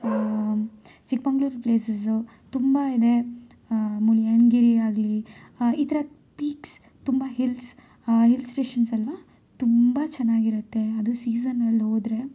Chikmagalur places ತುಂಬ ಇದೆ ಮುಳ್ಯನಗಿರಿ ಆಗಲಿ ಈ ಥರ ಪೀಕ್ಸ್ ತುಂಬ ಹಿಲ್ಸ್ ಹಿಲ್ ಸ್ಟೇಷನ್ಸ್ ಅಲ್ಲವಾ ತುಂಬ ಚೆನ್ನಾಗಿರತ್ತೆ ಅದು ಸೀಸನಲ್ಲಿ ಹೋದ್ರೆ